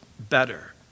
better